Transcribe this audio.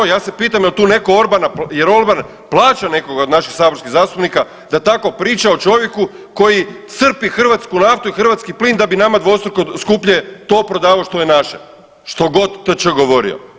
Ja se pitam jel' tu nekoga Orban, jel' Orban plaća nekoga od naših saborskih zastupnika da tako priča o čovjeku k koji crpi hrvatsku naftu i hrvatski plin da bi nama dvostruko skuplje to prodavao što je naše što god T.Č. govorio.